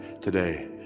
today